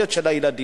היכולת של הילדים.